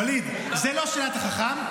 ווליד, זה לא שאלת חכם.